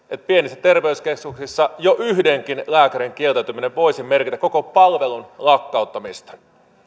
pienissä terveyskeskuksissa jo yhdenkin lääkärin kieltäytyminen voisi merkitä koko palvelun lakkauttamista